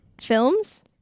films